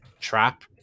trap